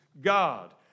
God